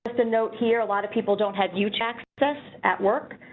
the note here a lot of people don't have huge access at work,